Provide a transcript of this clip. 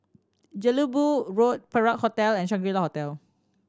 Jelebu Road Perak Hotel and Shangri La Hotel